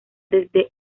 desde